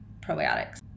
probiotics